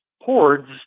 hordes